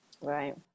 Right